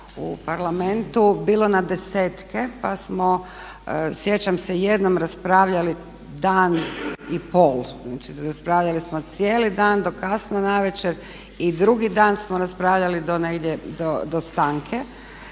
u Parlamentu bilo na desetke pa smo, sjećam se jednom raspravljali dan i pol, znači raspravljali smo cijeli dan do kasno navečer i drugi dan smo raspravljali do negdje,